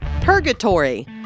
Purgatory